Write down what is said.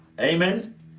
Amen